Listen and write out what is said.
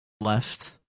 left